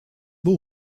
beau